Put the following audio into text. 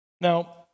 Now